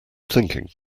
thinking